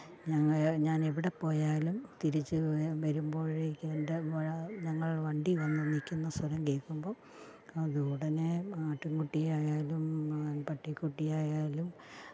ഞങ്ങൾ ഞാനെവിടെപ്പോയാലും തിരിച്ച് വരും വരുമ്പോഴേക്കും എൻ്റെ ഞങ്ങൾ വണ്ടി വന്ന് നിൽക്കുന്ന സമയം കേൾക്കുമ്പോൾ അത് ഉടനെ ആട്ടിൻ കുട്ടിയായാലും പട്ടികുട്ടിയായാലും